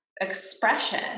expression